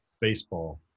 baseball